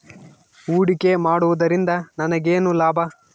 ಹೂಡಿಕೆ ಮಾಡುವುದರಿಂದ ನನಗೇನು ಲಾಭ?